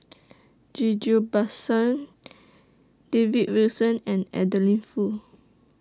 Ghillie BaSan David Wilson and Adeline Foo